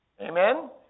Amen